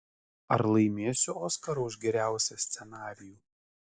ar laimėsiu oskarą už geriausią scenarijų